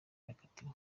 yakatiwe